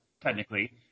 technically –